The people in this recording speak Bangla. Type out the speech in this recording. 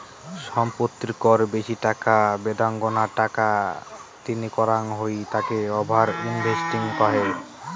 সম্পত্তির কর বেশি টাকা বেদাঙ্গনা টাকা তিনি করাঙ হই তাকে ওভার ইনভেস্টিং কহে